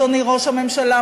אדוני ראש הממשלה,